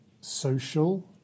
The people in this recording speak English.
social